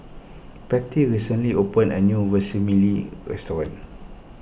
Patty recently opened a new Vermicelli restaurant